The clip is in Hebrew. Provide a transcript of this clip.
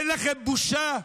אין לכם בושה?